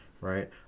right